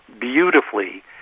beautifully